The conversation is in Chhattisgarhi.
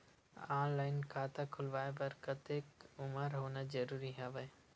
ऑनलाइन खाता खुलवाय बर कतेक उमर होना जरूरी हवय?